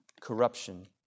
corruption